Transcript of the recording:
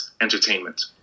entertainment